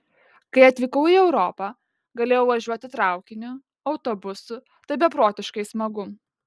kai atvykau į europą galėjau važiuoti traukiniu autobusu tai beprotiškai smagu